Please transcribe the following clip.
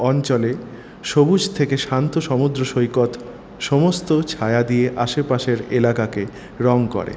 অঞ্চলে সবুজ থেকে শান্ত সমুদ্রসৈকত সমস্ত ছায়া দিয়ে আশেপাশের এলাকাকে রঙ করে